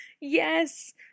yes